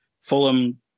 Fulham